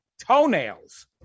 toenails